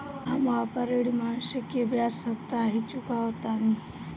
हम अपन ऋण मासिक के बजाय साप्ताहिक चुकावतानी